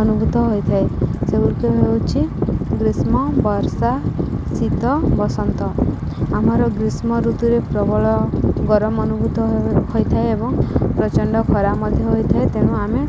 ଅନୁଭୂତ ହୋଇଥାଏ ସେଗୁଡ଼ିକ ହେଉଛି ଗ୍ରୀଷ୍ମ ବର୍ଷା ଶୀତ ବସନ୍ତ ଆମର ଗ୍ରୀଷ୍ମ ଋତୁରେ ପ୍ରବଳ ଗରମ ଅନୁଭୂତ ହୋଇଥାଏ ଏବଂ ପ୍ରଚଣ୍ଡ ଖରା ମଧ୍ୟ ହୋଇଥାଏ ତେଣୁ ଆମେ